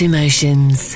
Emotions